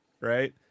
right